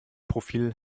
profil